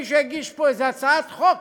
שמישהו יגיש פה איזו הצעת חוק